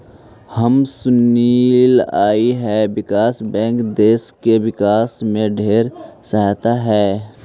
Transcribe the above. हम सुनलिअई हे विकास बैंक देस के विकास में ढेर सहायक हई